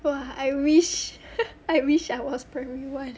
!wah! I wish I wish I was primary one